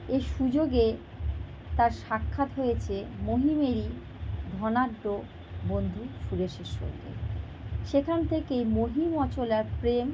এই সুযোগে তার সাক্ষাৎ হয়েছে মহিমেরই ধনাঢ্য বন্ধু সুরেশের সঙ্গে সেখান থেকে মহিম অচলার প্রেম